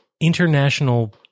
international